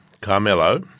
Carmelo